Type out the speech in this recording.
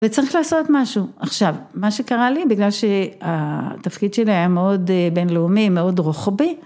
וצריך לעשות משהו. עכשיו, מה שקרה לי בגלל שהתפקיד שלי היה מאוד בינלאומי מאוד רוחבי